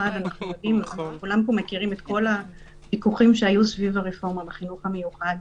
כולנו מכירים את הוויכוחים שהיו סביב הרפורמה בחינוך המיוחד.